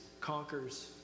conquers